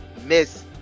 miss